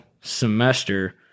semester